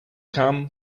come